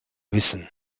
wissen